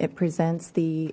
it presents the